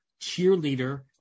cheerleader